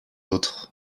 autres